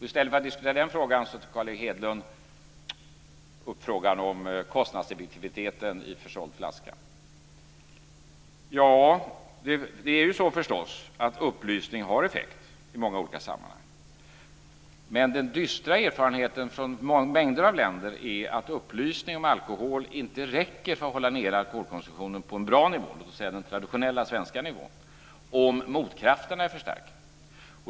I stället för att diskutera den frågan tar Carl Erik Hedlund upp frågan om kostnadseffektiviteten per försåld flaska. Det är förstås så att upplysning i många olika sammanhang har effekt, men den dystra erfarenheten från mängder av länder är att upplysning om alkohol inte räcker för att hålla alkoholkonsumtionen på en bra nivå, dvs. på den traditionella svenska nivån, om motkrafterna är för starka.